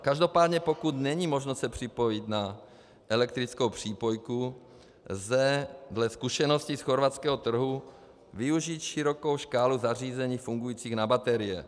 Každopádně pokud není možno se připojit na elektrickou přípojku, lze dle zkušeností z chorvatského trhu využít širokou škálu zařízení fungujících na baterie.